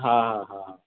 हाँ हाँ हाँ